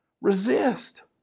Resist